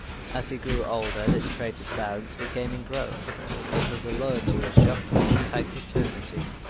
as he grew older, this trait of silence became ingrown it was alluded to as joffre's taciturnity.